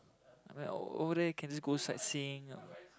i mean over there can ghost sight seeing